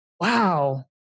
wow